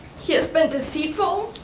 he has been deceitful,